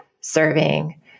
serving